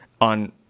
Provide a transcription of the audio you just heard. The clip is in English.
on